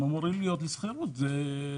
האוצר שותף איתנו, דירה להשכיר שותפה.